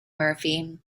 murphy